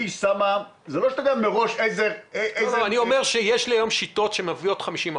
זה לא שאתה יודע מראש --- אני אומר שיש לי היום שיטות שמביאות 50%,